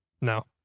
no